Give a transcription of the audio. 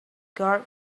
guard